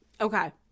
Okay